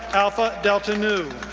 alpha delta nu.